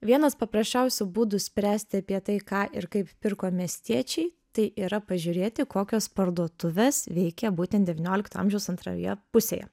vienas paprasčiausių būdų spręsti apie tai ką ir kaip pirko miestiečiai tai yra pažiūrėti kokios parduotuvės veikė būtent devyniolikto amžiaus antroje pusėje